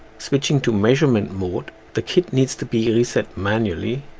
switching to measurement mode the kit needs to be reset manually